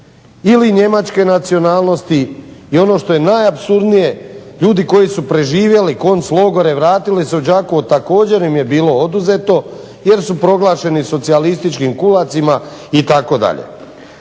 ili Njemačke nacionalnosti, i ono što je najapsurdnije ljudi koji su preživjeli konc logore vratili se u Đakovo također im je bilo oduzeto jer su proglašeni socijalističkim kulacima itd.